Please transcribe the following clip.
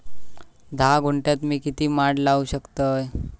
धा गुंठयात मी किती माड लावू शकतय?